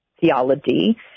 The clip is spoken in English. theology